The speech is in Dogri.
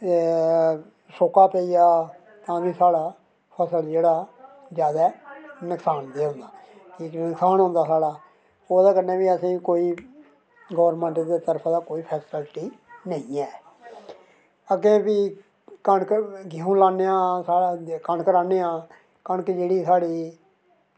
सुक्का पेई जा तां बी साढ़ा फसल जेह्ड़ा जैदा नुकसान बी होंदा एह् जेह्का नुकसान होंदा साढ़ा ओह्दे कन्नै बी असेंगी कोई गौरमैंट दी तरफा कोई फैसिलिटी नेईं ऐ अग्गें भी कनक गेहुं लान्ने आं कनक राह्न्ने आं कनक जेह्ड़ी साढ़ी